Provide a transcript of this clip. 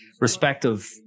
respective